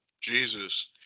Jesus